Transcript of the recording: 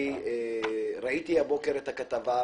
אני ראיתי הבוקר את הכתבה בדה-מרקר,